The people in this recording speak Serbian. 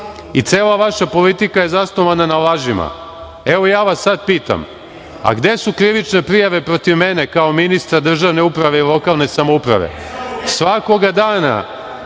i cela vaša politika je zasnovana na lažima. Evo ja vas sada pitam, a gde su krivične prijave protiv mene kao ministra državne uprave i lokalne samouprave, svakog dana